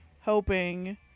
hoping